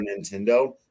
Nintendo